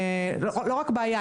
לא רק בעיה,